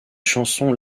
chansons